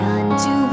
unto